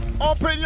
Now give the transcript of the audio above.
open